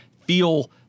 feel